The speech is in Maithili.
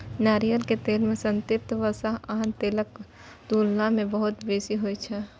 नारियल तेल मे संतृप्त वसा आन तेलक तुलना मे बहुत बेसी होइ छै